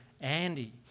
Andy